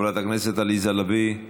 חברת הכנסת עליזה לביא.